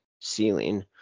ceiling